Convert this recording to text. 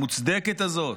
המוצדקת הזאת,